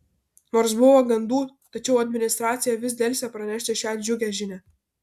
nors buvo gandų tačiau administracija vis delsė pranešti šią džiugią žinią